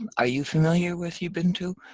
um are you familiar with ubuntu,